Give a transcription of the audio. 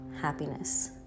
happiness